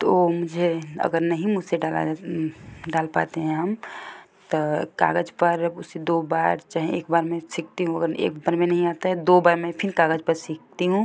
तो मुझे अगर नहीं मुझसे डाला जाता डाल पाते हैं हम तो एक कागज पर उसे दो बार चाहें एक बार मैं सीखती हूँ अगर एक बार में नही आता है दो बार में फिर कागज पर सीखती हूँ